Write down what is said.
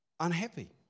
Unhappy